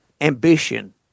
ambition